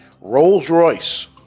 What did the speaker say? Rolls-Royce